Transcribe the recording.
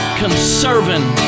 conserving